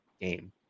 game